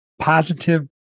positive